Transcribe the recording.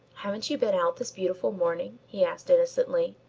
haven't you been out this beautiful morning? he asked innocently,